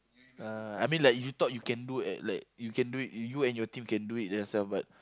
uh I mean like you thought you can do at like you can do it you and your team can do it by yourself but